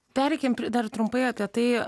pereikim dar trumpai apie tai